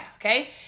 Okay